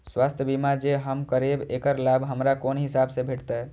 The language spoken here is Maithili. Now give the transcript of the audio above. स्वास्थ्य बीमा जे हम करेब ऐकर लाभ हमरा कोन हिसाब से भेटतै?